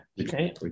okay